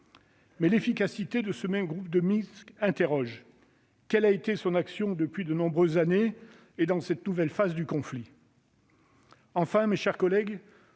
Mais l'efficacité de ce groupe suscite des interrogations. Quelle a été son action depuis de nombreuses années et dans cette nouvelle phase du conflit ? Enfin, mes chers collègues,